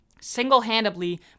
single-handedly